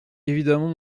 évidemment